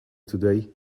today